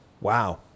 Wow